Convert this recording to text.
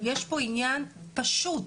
יש פה עניין פשוט.